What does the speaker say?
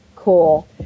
Cool